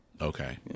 Okay